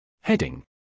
Heading